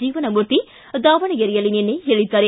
ಜೀವನಮೂರ್ತಿ ದಾವಣಗೆರೆಯಲ್ಲಿ ನಿನ್ನೆ ಹೇಳಿದ್ದಾರೆ